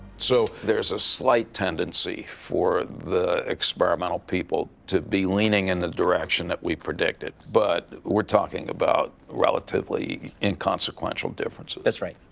so there's a slight tendency for the experimental people to be leaning in the direction that we predicted. but we're talking about relatively inconsequential differences. that's right.